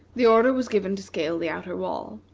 the order was given to scale the outer wall.